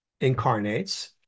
incarnates